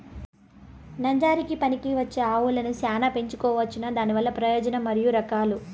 నంజరకి పనికివచ్చే ఆవులని చానా పెంచుకోవచ్చునా? దానివల్ల ప్రయోజనం మరియు రకాలు?